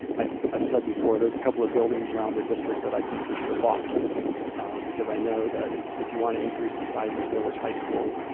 i've i've said before, there's a couple of buildings around the district that i think we should have bought because i know that if you want to increase the size of village high school